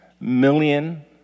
million